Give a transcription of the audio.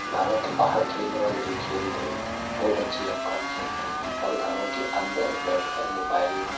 घरों के बाहर खेलने वाले जो खेल थे वो बच्चे अब कम खेलते हैं और घरों के अंदर बैठ कर मोबाइल